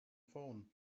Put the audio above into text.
phone